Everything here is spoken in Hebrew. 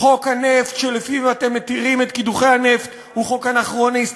חוק הנפט שלפיו אתם מתירים את קידוחי הנפט הוא חוק אנכרוניסטי,